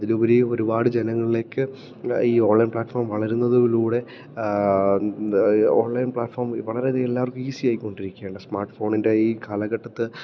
അതിലുപരി ഒരുപാട് ജനങ്ങളിലേക്ക് ഈ ഓൺലൈൻ പ്ലാറ്റ്ഫോം വളരുന്നതിലൂടെ ഓൺലൈൻ പ്ലാറ്റ്ഫോം വളരെയധികം എല്ലാവർക്കും ഈസിയായിക്കൊണ്ടിരിക്കുകയാണ് സ്മാർട്ട്ഫോണിൻ്റെ ഈ കാലഘട്ടത്ത്